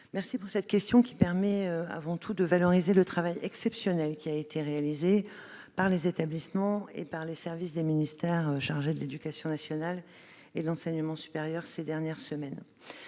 remercie de votre question qui me permet de valoriser le travail exceptionnel qui a été réalisé par les établissements et par les services des ministères chargés de l'éducation nationale et de l'enseignement supérieur ces dernières semaines.